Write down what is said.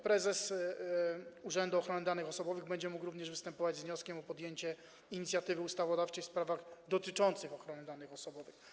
Prezes Urzędu Ochrony Danych Osobowych będzie mógł również występować z wnioskiem o podjęcie inicjatywy ustawodawczej w sprawach dotyczących ochrony danych osobowych.